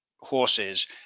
horses